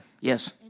Yes